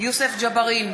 יוסף ג'בארין,